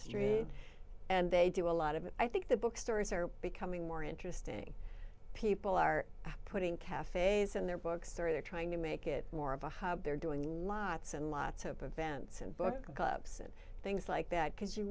street and they do a lot of it i think the bookstores are becoming more interesting people are putting cafes in their books they're trying to make it more of a hub they're doing lots and lots of events and book clubs and things like that could you